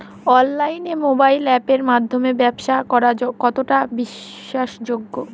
অনলাইনে মোবাইল আপের মাধ্যমে ব্যাবসা করা কতটা বিশ্বাসযোগ্য?